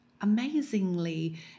amazingly